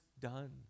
done